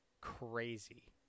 crazy